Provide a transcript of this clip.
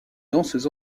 danses